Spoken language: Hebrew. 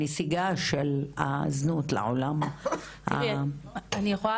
הנסיגה של הזנות לעולם --- אני יכולה